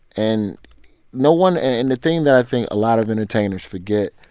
and no one and the thing that i think a lot of entertainers forget